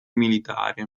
militare